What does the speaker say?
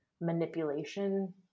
manipulation